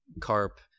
Carp